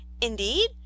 Indeed